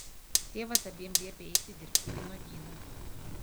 tėvas abiem liepia eiti dirbti į vynuogyną